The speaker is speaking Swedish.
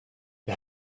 det